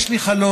יש לי חלום,